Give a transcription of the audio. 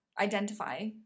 identify